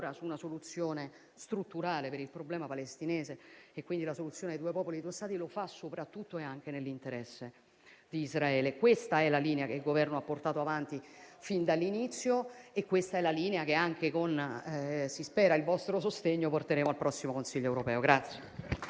su una soluzione strutturale per il problema palestinese e, quindi, la soluzione due popoli, due Stati, lo fa soprattutto e anche nell'interesse di Israele. Questa è la linea che il Governo ha portato avanti fin dall'inizio e questa è la linea che, si spera, anche con il vostro sostegno, porteremo al prossimo Consiglio europeo.